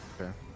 Okay